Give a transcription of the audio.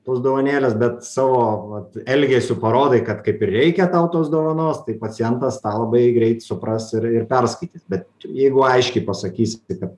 tos dovanėlės bet savo vat elgesiu parodai kad kaip ir reikia tau tos dovanos tai pacientas tą labai greit supras ir ir perskaitys bet jeigu aiškiai pasakysi kad